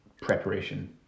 preparation